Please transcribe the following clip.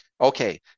Okay